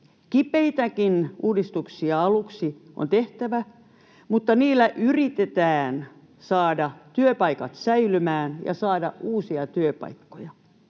Kipeitäkin uudistuksia aluksi on tehtävä, mutta niillä yritetään saada työpaikat säilymään ja saada uusia työpaikkoja.